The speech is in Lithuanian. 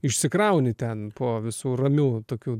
išsikrauni ten po visų ramių tokių